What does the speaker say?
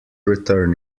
return